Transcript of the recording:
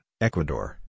Ecuador